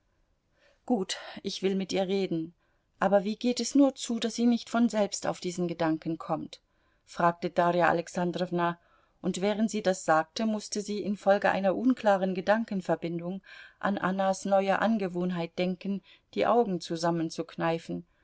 gut ich will mit ihr reden aber wie geht es nur zu daß sie nicht von selbst auf diesen gedanken kommt fragte darja alexandrowna und während sie das sagte mußte sie infolge einer unklaren gedankenverbindung an annas neue angewohnheit denken die augen